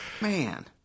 Man